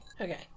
Okay